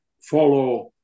follow